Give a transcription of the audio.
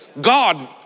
God